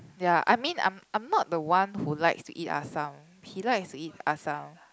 ya I mean I'm I'm not the one who likes to eat assam he likes to eat assam